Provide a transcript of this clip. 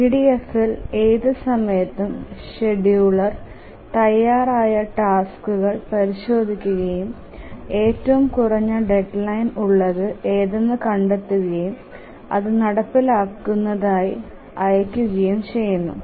EDF ൽ ഏത് സമയത്തും ഷെഡ്യൂളർ തയ്യാറായ ടാസ്ക് പരിശോധിക്കുകയും ഏറ്റവും കുറഞ്ഞ ഡെഡ്ലൈൻ ഉള്ളത് ഏതെന്ന് കണ്ടെത്തുകയും അത് നടപ്പിലാക്കുന്നതിനായി അയയ്ക്കുകയും ചെയ്യുന്നു